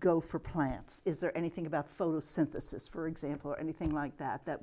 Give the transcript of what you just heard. go for plants is there anything about photosynthesis for example or anything like that that